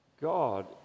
God